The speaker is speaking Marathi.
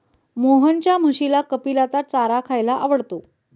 मोहनच्या म्हशीला कपिलाचा चारा खायला आवडतो